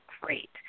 great